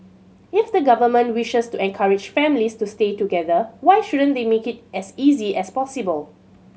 if the government wishes to encourage families to stay together why shouldn't they make it as easy as possible